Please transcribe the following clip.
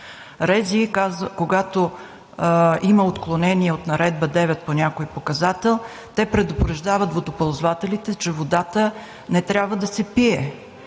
Когато има отклонение от Наредба № 9 по някой показател, те предупреждават водоползвателите, че водата не трябва да се пие,